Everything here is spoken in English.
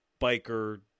biker